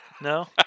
No